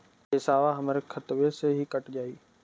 पेसावा हमरा खतवे से ही कट जाई?